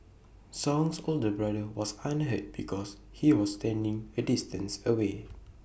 song's older brother was unhurt because he was standing A distance away